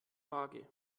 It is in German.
waage